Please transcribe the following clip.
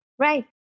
Right